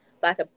black